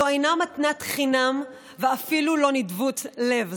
זאת אינה מתנת חינם ואפילו לא נדיבות לב,